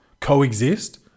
coexist